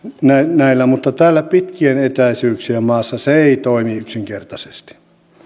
näillä mutta täällä pitkien etäisyyksien maassa se ei yksinkertaisesti toimi